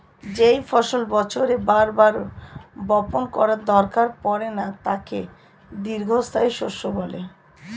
যেই ফসল বছরে বার বার বপণ করার দরকার পড়ে না তাকে দীর্ঘস্থায়ী শস্য বলে